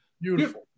Beautiful